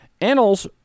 Annals